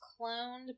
cloned